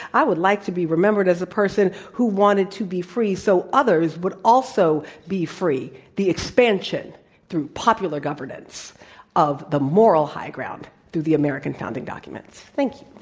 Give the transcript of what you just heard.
i would like to be remembered as a person who wanted to be free, so others would also be free. the expansion through popular governance of the moral high ground through the american founding documents. thank